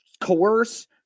coerce